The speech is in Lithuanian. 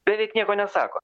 beveik nieko nesako